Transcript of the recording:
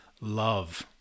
love